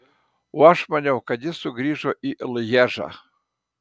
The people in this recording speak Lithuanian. o aš maniau kad jis sugrįžo į lježą